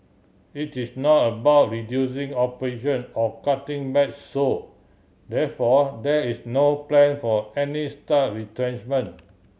it is not about reducing operation or cutting back so therefore there is no plan for any staff retrenchment